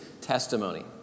testimony